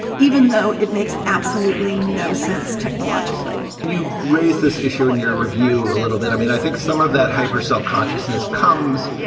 even though it makes absolutely no sense technologically, you've raised this issue in your review a little bit. i mean, i think some of that hyper self-consciousness comes,